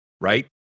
right